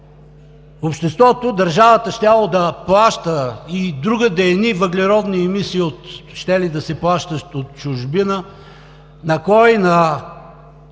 обществото, държавата щяло да плаща, и другаде едни въглеродни емисии щели да се плащат от чужбина. На кой? На